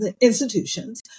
institutions